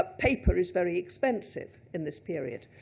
ah paper is very expensive in this period.